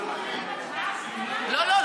לא, לא.